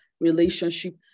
relationship